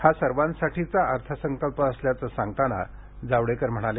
हा सर्वांसाठीचा अर्थसंकल्प असल्याचं सांगताना जावडेकर म्हणाले